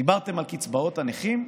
דיברתם על קצבאות הנכים,